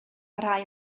parhau